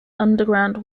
underground